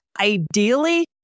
Ideally